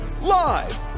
live